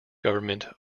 government